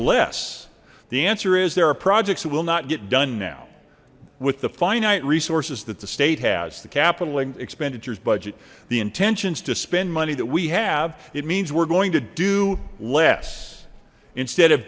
less the answer is there are projects that will not get done now with the finite resources that the state has the capital expenditures budget the intentions to spend money that we have it means we're going to do less instead of